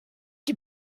die